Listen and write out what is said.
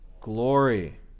glory